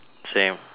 same